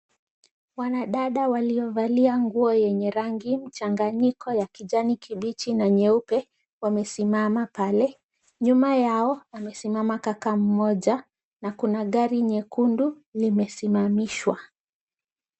Wanadada waliovalia nguo yenye rangi mchanganyiko ya kijani kibichi na nyeupe wamesimama pale, nyuma yao amesimama kaka mmoja na kuna gari nyekundu limesimamishwa.